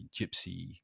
gypsy